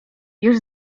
już